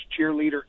cheerleader